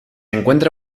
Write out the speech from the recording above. encuentra